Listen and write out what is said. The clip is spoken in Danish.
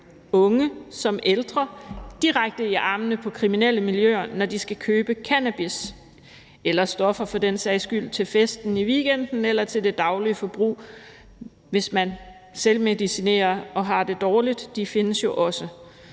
såvel som ældre direkte i armene på kriminelle miljøer, når de skal købe cannabis eller stoffer for den sags skyld til festen i weekenden eller til det daglige forbrug, hvis man selvmedicinerer og har det dårligt. Det findes jo også.